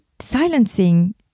silencing